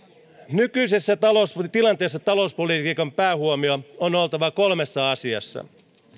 nykyisessä tilanteessa talouspolitiikan päähuomion on oltava kolmessa asiassa